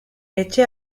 etxe